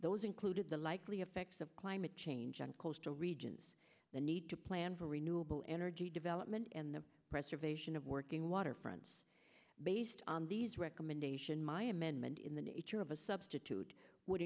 those included the likely effects of climate change on coastal regions the need to plan for renewable energy development and the preservation of working waterfronts based on these recommendation my amendment in the nature of a substitute would